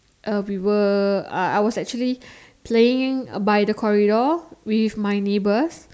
uh we were uh I was actually playing by the corridor with my neighbors